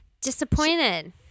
disappointed